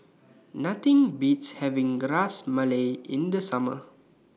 Nothing Beats having Gras Malai in The Summer